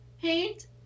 paint